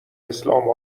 اسلام